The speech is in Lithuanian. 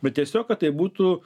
bet tiesiog kad tai būtų